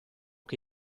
che